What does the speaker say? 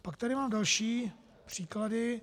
Pak tady mám další příklady.